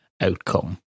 outcome